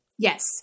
Yes